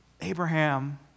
Abraham